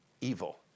evil